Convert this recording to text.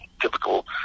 typical